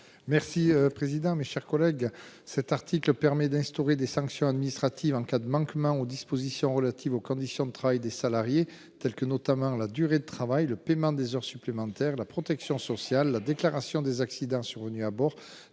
pour présenter l'amendement n° 31. L'article 1 permet d'instaurer des sanctions administratives en cas de manquement aux dispositions relatives aux conditions de travail des salariés, comme la durée de travail, le paiement des heures supplémentaires, la protection sociale, la déclaration des accidents survenus à bord